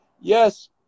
Yes